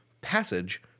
passage